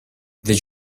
did